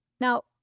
Now